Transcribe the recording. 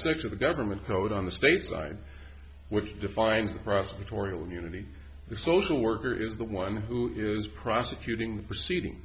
six of the government code on the state line which defines across the tauriel unity the social worker is the one who is prosecuting the proceeding